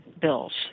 bills